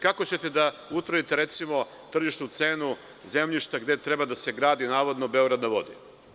Kako ćete, recimo, da utvrdite tržišnu cenu zemljišta gde treba da se gradi navodno „Beograd na vodi“